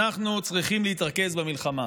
אנחנו צריכים להתעסק במלחמה.